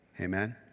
Amen